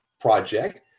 project